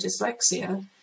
dyslexia